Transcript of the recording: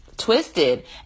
twisted